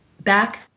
back